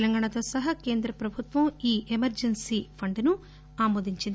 తెంగాణతో సహా కేంద్రప్రభుత్వం ఈ ఎమర్లెన్సీ ఫండ్ ను ఆమోదించింది